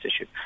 issue